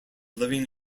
living